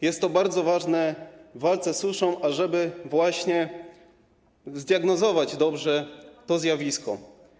Jest to bardzo ważne w walce z suszą, ażeby zdiagnozować dobrze to zjawisko.